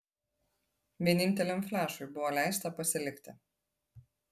vieninteliam flešui buvo leista pasilikti